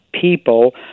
people